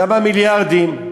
כמה מיליארדים.